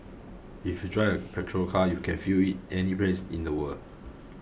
if you drive a petrol car you can fuel it any place in the world